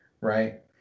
Right